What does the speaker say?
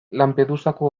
lampedusako